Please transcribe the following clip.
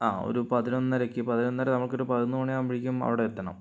ആ ഒരു പതിനൊന്നരക്ക് പതിനൊന്നര നമുക്കൊരു പതിനൊന്ന് മണിയാവുമ്പേഴേക്കും അവിടെ എത്തണം